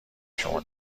شما